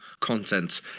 content